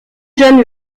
jeune